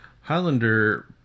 Highlander